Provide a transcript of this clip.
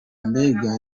mbega